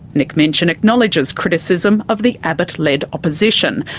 nick minchin acknowledges criticism of the abbot-led opposition,